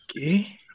Okay